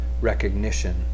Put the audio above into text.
recognition